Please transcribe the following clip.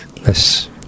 yes